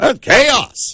chaos